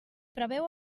preveu